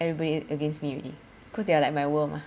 everybody against me already cause they are like my world mah